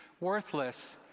worthless